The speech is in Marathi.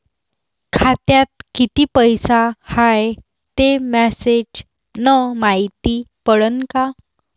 खात्यात किती पैसा हाय ते मेसेज न मायती पडन का?